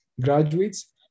graduates